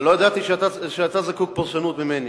אני לא ידעתי שאתה זקוק לפרשנות ממני.